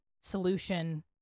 solution